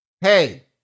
Hey